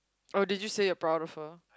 oh did you say you're proud of her